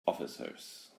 officers